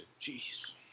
Jeez